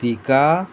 तिका